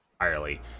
entirely